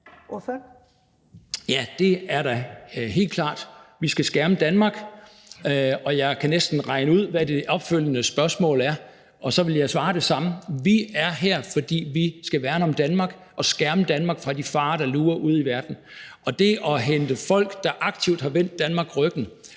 Ja, det er da helt klart; vi skal skærme Danmark. Og jeg kan næsten regne ud, hvad det opfølgende spørgsmål er. Så vil jeg svare det samme: Vi er her, fordi vi skal værne om Danmark og skærme Danmark mod de farer, der lurer ude i verden. Og det at hente folk til Danmark, der aktivt har vendt Danmark ryggen